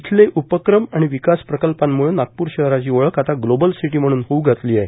येथील उपक्रम आणि विकास प्रकल्पांमुळे नागप्र शहराची ओळख आता ग्लोबल सिटी म्हणून होऊ लागली आहे